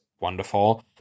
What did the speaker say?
wonderful